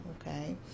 okay